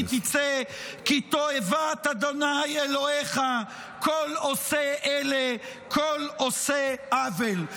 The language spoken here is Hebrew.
כי תצא: "כי תועבת ה' אלֹהיך כל עֹשה אלה כֹל עֹשה עול".